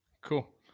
Cool